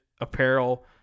apparel